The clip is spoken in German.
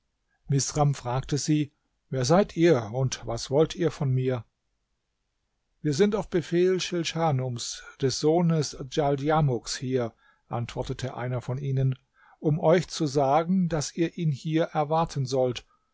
misram fragte sie wer seid ihr und was wollt ihr von mir wir sind auf befehl schilschanums des sohnes djaldjamuks hier antwortete einer von ihnen um euch zu sagen daß ihr ihn hier erwarten sollt